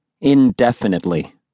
Indefinitely